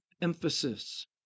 emphasis